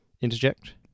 interject